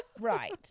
Right